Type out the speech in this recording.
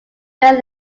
very